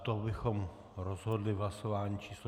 To bychom rozhodli v hlasování číslo 489.